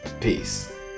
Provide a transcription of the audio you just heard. Peace